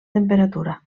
temperatura